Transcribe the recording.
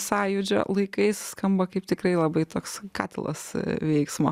sąjūdžio laikais skamba kaip tikrai labai toks katilas veiksmo